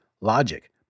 logic